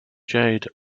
jade